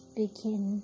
begin